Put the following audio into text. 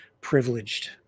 privileged